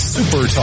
Super